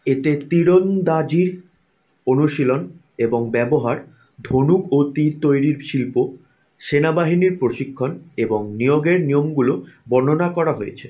এতে তীরন্দাজি অনুশীলন এবং ব্যবহার ধনুক ও তীর তৈরির শিল্প সেনাবাহিনীর প্রশিক্ষণ এবং নিয়োগের নিয়মগুলো বর্ণনা করা হয়েছে